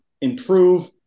improve